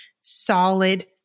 solid